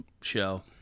show